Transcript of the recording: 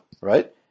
Right